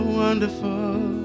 wonderful